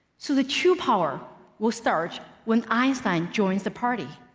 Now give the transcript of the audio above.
so the true power will start when einstein joins the party.